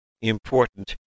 important